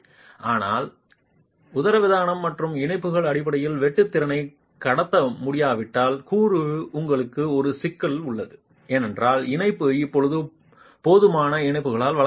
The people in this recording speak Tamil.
ஆனால் உதரவிதானம் மற்றும் இணைப்புகள் அடிப்படை வெட்டு திறனை கடத்த முடியாவிட்டால் கூறு உங்களுக்கு ஒரு சிக்கல் உள்ளது ஏனென்றால் இணைப்பு இப்போது போதுமான இணைப்புகளால் வழங்கப்படவில்லை